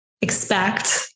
Expect